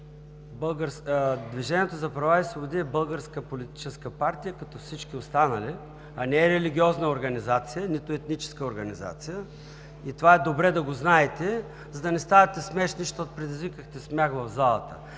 „Движение за права и свободи“ е българска политическа партия като всички останали, а не религиозна организация, нито етническа организация. Това е добре да го знаете, за да не ставате смешни, защото предизвикахте смях в залата.